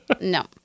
No